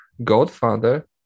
godfather